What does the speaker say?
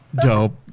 Dope